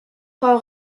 frau